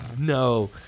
No